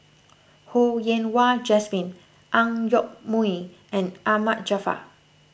Ho Yen Wah Jesmine Ang Yoke Mooi and Ahmad Jaafar